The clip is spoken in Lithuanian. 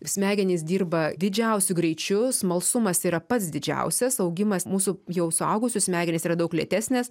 smegenys dirba didžiausiu greičiu smalsumas yra pats didžiausias augimas mūsų jau suaugusių smegenys yra daug lėtesnės